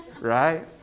right